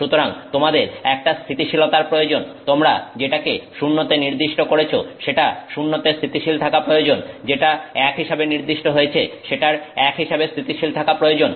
সুতরাং তোমাদের একটা স্থিতিশীলতার প্রয়োজন তোমরা যেটাকে 0 তে নির্দিষ্ট করেছ সেটা 0 তে স্থিতিশীল থাকা প্রয়োজন যেটা 1 হিসাবে নির্দিষ্ট হয়েছে সেটার 1 হিসাবে স্থিতিশীল থাকা প্রয়োজন